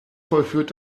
vollführt